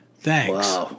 Thanks